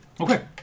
Okay